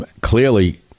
clearly